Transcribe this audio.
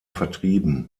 vertrieben